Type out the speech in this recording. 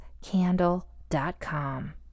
Candle.com